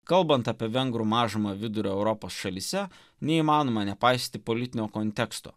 kalbant apie vengrų mažumą vidurio europos šalyse neįmanoma nepaisyti politinio konteksto